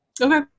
Okay